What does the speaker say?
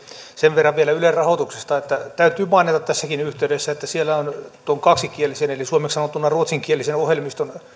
sen verran vielä ylen rahoituksesta täytyy mainita tässäkin yhteydessä että siellä on on kaksikielisen eli suomeksi sanottuna ruotsinkielisen ohjelmiston